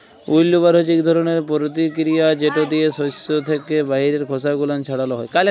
উইল্লবার হছে ইক ধরলের পরতিকিরিয়া যেট দিয়ে সস্য থ্যাকে বাহিরের খসা গুলান ছাড়ালো হয়